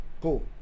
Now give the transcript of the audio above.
Cool